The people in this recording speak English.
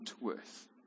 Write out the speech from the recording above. worth